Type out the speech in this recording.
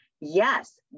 Yes